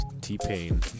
t-pain